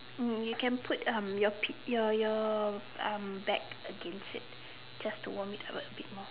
um you can put um your pi~ your your um back against it just to warm it up a bit more